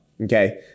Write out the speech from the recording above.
Okay